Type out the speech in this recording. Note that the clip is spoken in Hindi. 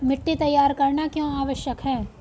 मिट्टी तैयार करना क्यों आवश्यक है?